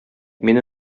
мин